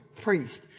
priest